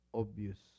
obvious